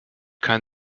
kein